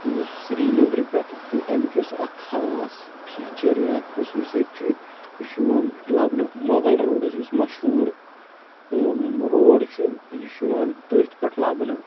یُس سری نَگر پٮ۪ٹھ تہٕ اَمیُک یُس اکھ خاص فیٖچر یا خٔصوٗصیت چھُ یہِ چھُ یِوان لَبنہٕ مۄگل روڈَس یُس مَشہوٗر روڈ چھُ یہِ چھُ یِوان تٔتھۍ پٮ۪ٹھ لَبنہٕ